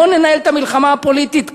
בוא ננהל את המלחמה הפוליטית כאן.